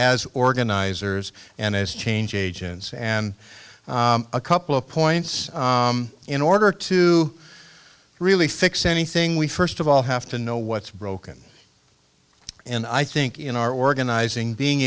as organizers and as change agents and a couple of points in order to really fix anything we first of all have to know what's broken and i think in our organizing being